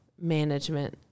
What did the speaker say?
management